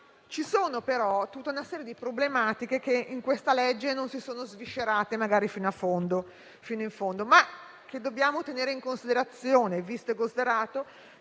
Segnalo però una serie di problematiche, che in questo provvedimento non sono state sviscerate fino in fondo, ma che dobbiamo tenere in considerazione, visto e considerato